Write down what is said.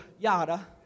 Yada